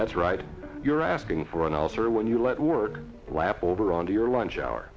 that's right you're asking for an ulcer when you let work lap over onto your lunch hour